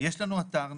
יש לנו אתר נגיש,